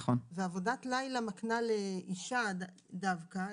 ועבודת לילה מקנה לאישה דווקא,